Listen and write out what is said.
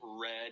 red